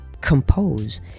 compose